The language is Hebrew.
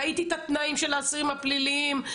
ראיתי את התנאים של האסירים הפליליים,